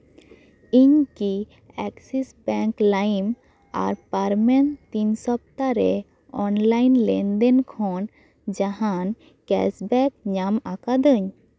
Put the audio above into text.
ᱤᱧ ᱠᱤ Axis bank ᱞᱟᱭᱤᱢ ᱟᱨ ᱯᱟᱨᱢᱮᱱ ᱛᱤᱱ ᱥᱚᱯᱛᱟ ᱨᱮ ᱚᱱᱞᱟᱭᱤᱱ ᱞᱮᱱᱫᱮᱱ ᱠᱷᱚᱱ ᱡᱟᱦᱟᱱ ᱠᱮᱥᱵᱮᱠ ᱧᱟᱢ ᱟᱠᱟᱫᱟᱹᱧ